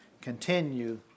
Continue